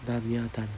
done ya done